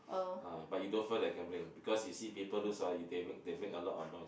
ah but you don't feel like gambling because you see people lose ah you they make they make a lot of noise